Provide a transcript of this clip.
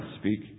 speak